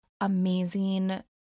amazing